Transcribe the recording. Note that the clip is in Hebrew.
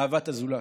אהבת הזולת.